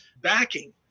backing